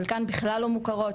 חלקם בכלל לא מוכרות,